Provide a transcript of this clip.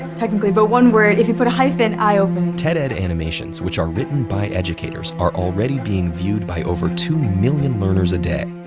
technically, but one word if you put a hyphen eye-opening. ted-ed animations, which are written by educators, are already being viewed by over two million learners a day.